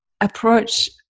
Approach